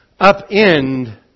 upend